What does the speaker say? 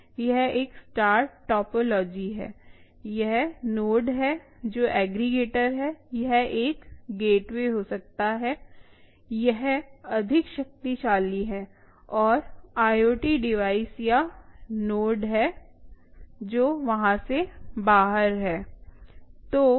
यह एक star topology है यह नोड है जो एग्रीगेटर है यह एक गेटवे हो सकता है यह अधिक शक्तिशाली है और ये IoT डिवाइस या नोड हैं जो वहां से बाहर हैं